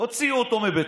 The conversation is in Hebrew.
הוציאו אותו מביתו.